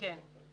אורנה, בבקשה.